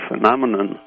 phenomenon